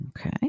Okay